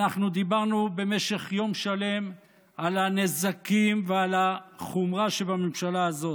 אנחנו דיברנו במשך יום שלם על הנזקים ועל החומרה שבממשלה הזאת,